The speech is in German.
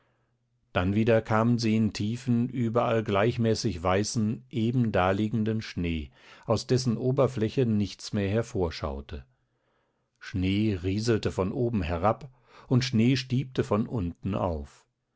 dann wieder kamen sie in tiefen überall gleichmäßig weißen eben daliegenden schnee aus dessen oberfläche nichts mehr hervorschaute schnee rieselte von oben herab und schnee stiebte von unten auf